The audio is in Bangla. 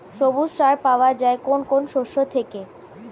সবুজ সার পাওয়া যায় কোন কোন শস্য থেকে?